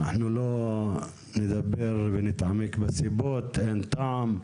אנחנו לא נדבר ונתעמק בסיבות, אין טעם,